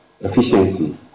efficiency